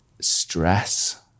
stress